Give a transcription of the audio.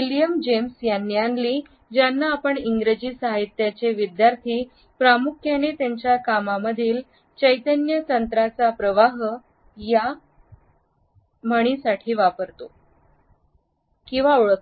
William James यांनी ज्यांना आपण इंग्रजी साहित्याचे विद्यार्थी प्रामुख्याने त्याच्या कामांमधील चैतन्य तंत्राचा प्रवाह' वापरासाठी ओळखतो